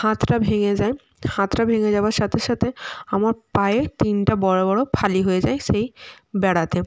হাতটা ভেঙে যায় হাতটা ভেঙে যাওয়ার সাথে সাথে আমার পায়ে তিনটে বড় বড় ফালি হয়ে যায় সেই বেড়াতে